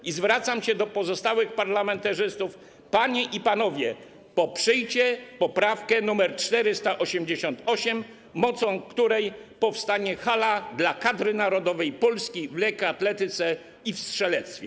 I zwracam się do pozostałych parlamentarzystów: panie i panowie, poprzyjcie poprawkę nr 488, mocą której powstanie hala dla kadry narodowej Polski w lekkoatletyce i w strzelectwie.